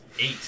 Eight